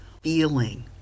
feeling